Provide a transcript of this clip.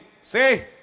Say